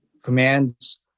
commands